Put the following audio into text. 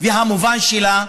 המובן שלה,